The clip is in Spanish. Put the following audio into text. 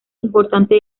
importante